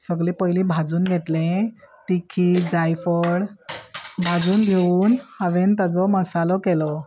सगलें पयलीं भाजून घेतलें तिखी जायफळ भाजून घेवन हांवें ताजो मसालो केलो